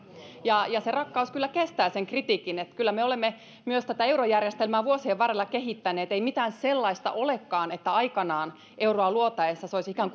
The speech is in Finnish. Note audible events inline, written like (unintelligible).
ja se rakkaus kyllä kestää sen kritiikin kyllä me olemme myös tätä eurojärjestelmää vuosien varrella kehittäneet ei mitään sellaista olekaan että aikanaan euroa luotaessa se olisi ikään (unintelligible)